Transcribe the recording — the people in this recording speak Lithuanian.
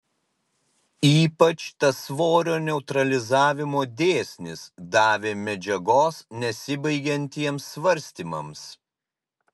ypač tas svorio neutralizavimo dėsnis davė medžiagos nesibaigiantiems svarstymams